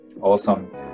Awesome